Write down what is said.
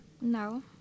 No